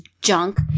junk